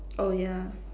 oh ya